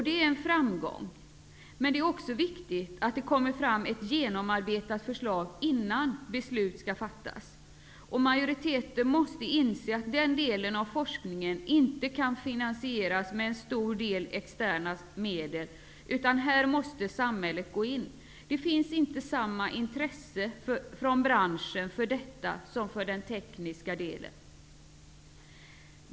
Det är en framgång, men det är också viktigt att det kommer fram ett genomarbetat förslag innan beslut skall fattas. Majoriteten måste inse att den delen av forskningen inte kan finansieras med en stor del externa medel, utan här måste samhället gå in. Det finns inte samma intresse från branschen för detta som för den tekniska delen.